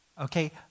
okay